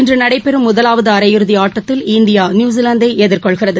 இன்று நடைபெறும் முதவாவது அரையிறுதி ஆட்டத்தில் இந்தியா எதிர்கொள்கிறது